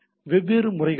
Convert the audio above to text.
வெவ்வேறு முறைகள் உள்ளன